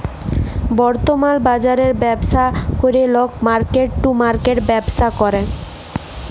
বর্তমাল বাজরের ব্যবস্থা ক্যরে লক মার্কেট টু মার্কেট ব্যবসা ক্যরে